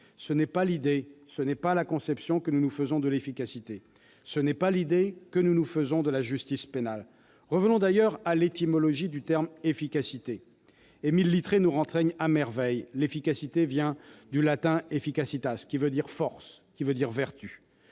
Ce n'est pas l'idée, ce n'est pas la conception que nous nous faisons de l'efficacité. Ce n'est pas l'idée que nous nous faisons de la justice pénale. Revenons à l'étymologie du terme « efficacité ». Émile Littré nous renseigne à merveille : l'efficacité vient du latin, qui signifie « force »,« vertu ».